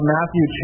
Matthew